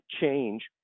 change